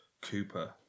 Cooper